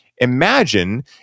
imagine